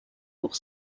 pour